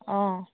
অঁ